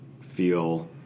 feel